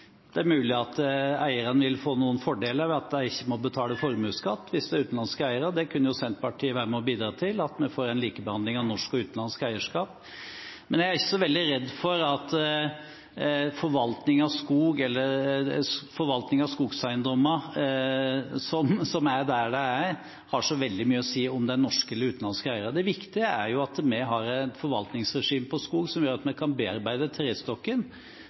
Det er mulig at eierne vil få noen fordeler ved at de ikke må betale formuesskatt, hvis det er utenlandske eiere. Senterpartiet kan jo være med og bidra til at vi får en likebehandling av norsk og utenlandsk eierskap. Men når det gjelder forvaltningen av skog og skogseiendommer – som er der de er – er jeg ikke så veldig redd for eller synes det har så veldig mye å si om det er norske eller utenlandske eiere. Det viktige er at vi har et forvaltningsregime for skog som gjør at vi kan bearbeide trestokken